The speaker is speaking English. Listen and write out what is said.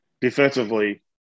defensively